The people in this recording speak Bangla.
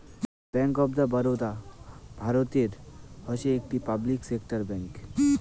ব্যাঙ্ক অফ বরোদা ভারতের হসে একটি পাবলিক সেক্টর ব্যাঙ্ক